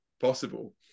possible